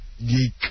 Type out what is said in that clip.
Geek